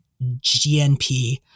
GNP